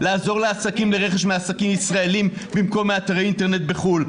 לעזור לעסקים לרכש מעסקים ישראלים במקום מאתרי אינטרנט בחו"ל,